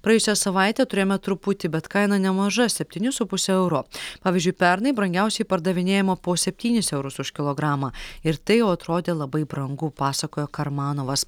praėjusią savaitę turėjome truputį bet kaina nemaža septyni su puse euro pavyzdžiui pernai brangiausiai pardavinėjama po spetynis eurus už kilogramą ir tai jau atrodė labai brangu pasakojo karmanovas